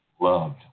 loved